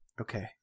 okay